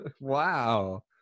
Wow